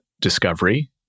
discovery